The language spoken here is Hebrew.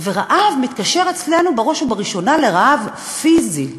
ורעב מתקשר אצלנו בראש ובראשונה לרעב פיזי,